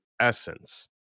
essence